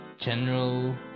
general